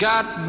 Got